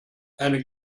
eine